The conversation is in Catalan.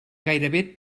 gairebé